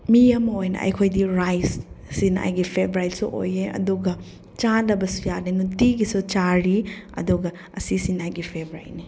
ꯃꯤ ꯑꯃ ꯑꯣꯏꯅ ꯑꯩꯈꯣꯏꯗꯤ ꯔꯥꯏꯁ ꯑꯁꯤꯅ ꯑꯩꯒꯤ ꯐꯦꯕꯣꯔꯤꯏꯠꯁꯨ ꯑꯣꯏꯌꯦ ꯑꯗꯨꯒ ꯆꯥꯗꯕꯁꯨ ꯌꯥꯗꯦ ꯅꯨꯡꯇꯤꯒꯤꯁꯨ ꯆꯥꯔꯤ ꯑꯗꯨꯒ ꯑꯁꯤꯁꯤꯅ ꯑꯩꯒꯤ ꯐꯦꯕꯣꯔꯥꯏꯠꯅꯤ